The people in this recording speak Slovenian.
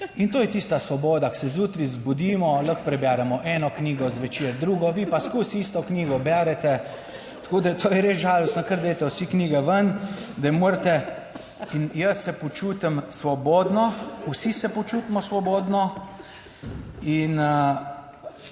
To je tista svoboda, ko se zjutraj zbudimo, lahko preberemo eno knjigo, zvečer drugo, vi pa skozi isto knjigo berete. Tako da, to je res žalostno, kar dajte vsi knjige ven, da morate. In jaz se počutim svobodno, vsi se počutimo svobodno in